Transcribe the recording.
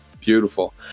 Beautiful